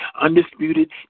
undisputed